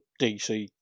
DC